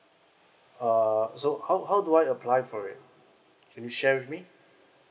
uh so how how do I apply for it can you share with me